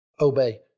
obey